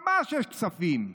ממש יש כספים.